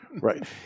Right